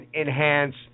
enhance